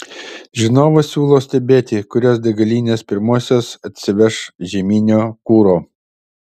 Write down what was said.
žinovas siūlo stebėti kurios degalinės pirmosios atsiveš žieminio kuro